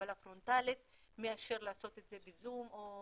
בקבלה פרונטלית מאשר לעשות את זה בזום או